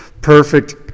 perfect